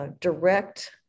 direct